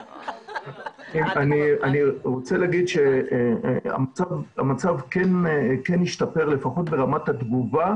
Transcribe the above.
אני רוצה להגיד שהמצב כן השתפר לפחות ברמת התגובה